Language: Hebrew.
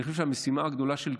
אני חושב שהמשימה הגדולה של כולנו,